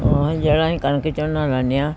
ਹਾਂ ਜਿਹੜਾ ਅਸੀਂ ਕਣਕ ਝੌਨਾ ਲਗਾਉਂਦੇ ਹਾਂ